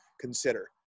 consider